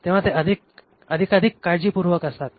तेव्हा ते अधिकाधिक काळजीपूर्वक असतात